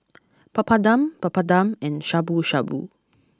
Papadum Papadum and Shabu shabu